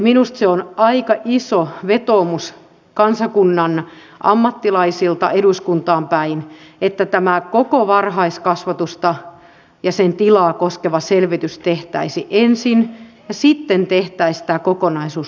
minusta se on aika iso vetoomus kansakunnan ammattilaisilta eduskuntaan päin että tämä koko varhaiskasvatusta ja sen tilaa koskeva selvitys tehtäisiin ensin ja sitten tehtäisiin tämä kokonaisuus loppuun